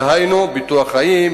דהיינו ביטוח חיים,